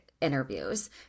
interviews